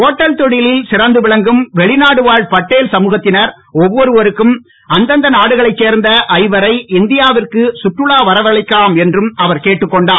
hotel தொழிலில் சிறந்து விளங்கும் வெளிநாடு வாழ் பட்டேல் சமூகத்தினர் ஒவ்வொருவரும் அந்தந்த நாடுகளைச் சேர்ந்த ஐவரை இந்தியாவிற்கு சுற்றுலா வரவைக்கலாம் என்றும் அவர் கேட்டுக் கொண்டார்